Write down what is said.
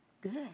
good